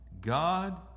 God